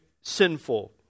sinful